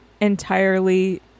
entirely